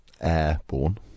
airborne